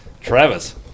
Travis